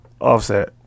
Offset